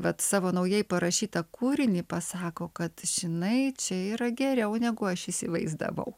vat savo naujai parašytą kūrinį pasako kad žinai čia yra geriau negu aš įsivaizdavau